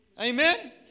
Amen